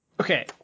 okay